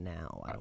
now